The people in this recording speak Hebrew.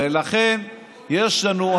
ולכן יש לנו,